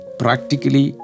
practically